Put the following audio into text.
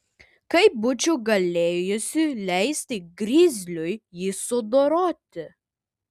kaip būčiau galėjusi leisti grizliui jį sudoroti